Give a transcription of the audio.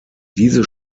diese